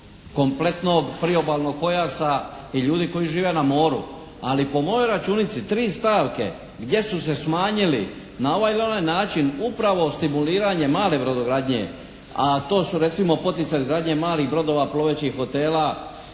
kompletnog priobalnog pojasa i ljudi koji žive na moru. Ali po mojoj računici tri stavke gdje su se smanjili na ovaj ili onaj način upravo stimuliranjem male brodogradnje, a to su recimo poticaj izgradnje malih brodova, plovećih hotela